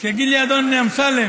שיגיד לי אדון אמסלם.